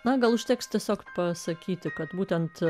na gal užteks tiesiog pasakyti kad būtent